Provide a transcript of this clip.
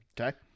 okay